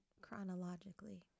Chronologically